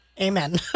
Amen